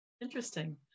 interesting